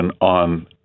on